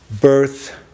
Birth